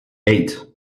eight